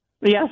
Yes